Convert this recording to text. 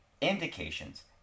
indications